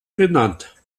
benannt